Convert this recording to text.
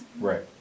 Right